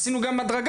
עשינו גם הדרגה,